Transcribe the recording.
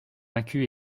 vaincus